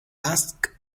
asked